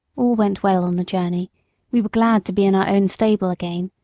all went well on the journey we were glad to be in our own stable again,